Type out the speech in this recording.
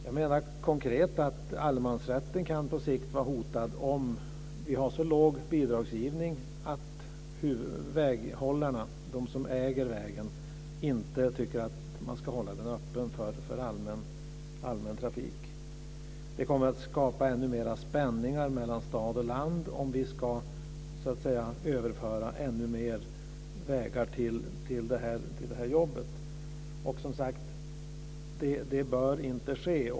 Jag menar konkret att allemansrätten på sikt kan vara hotad om vi har en så låg bidragsgivning att de som äger vägen inte tycker att den ska hållas öppen för allmän trafik. Det kommer att skapa ännu mera av spänningar mellan stad och land om vi ska överföra ännu fler vägar till detta tillstånd. Det bör inte ske.